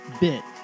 bit